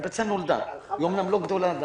הביצה נולדה, היא אמנם לא גדולה עדיין,